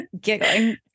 giggling